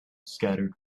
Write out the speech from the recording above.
scattered